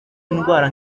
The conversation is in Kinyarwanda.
indwara